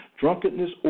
drunkenness